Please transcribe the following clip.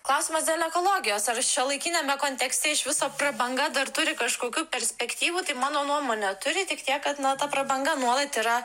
klausimas dėl ekologijos ar šiuolaikiniame kontekste iš viso prabanga dar turi kažkokių perspektyvų tai mano nuomone turi tik tiek kad na ta prabanga nuolat yra